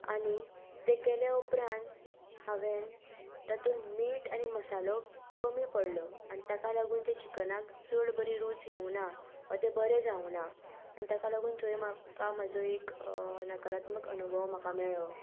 आनी तें केलें उपरांत हांवें तातूंत मीट आनी मसालो कमी पडलो आनी ताका लागून त्या चिकनाक चड बरी रूच येवं ना वा तें बरें जावं ना आनी ताका लागून थंय म्हाका म्हाजो एक नकारात्मक अनुभव म्हाका मेळो